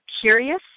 curious